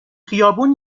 خیابون